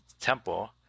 temple